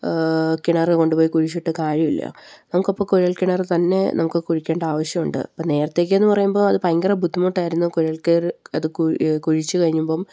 കിണര് കൊണ്ടുപോയി കുഴിച്ചിട്ട് കാര്യമില്ല നമുക്കിപ്പോള് കുഴൽക്കിണര് തന്നെ നമുക്ക് കുഴിക്കേണ്ട ആവശ്യമുണ്ട് അപ്പോള് നേരത്തെയൊക്കെയെന്ന് പറയുമ്പോള് അത് ഭയങ്കരം ബുദ്ധിമുട്ടായിരുന്നു കുഴൽക്കിണര് അത് കുഴിച്ച് കഴിയുമ്പോള്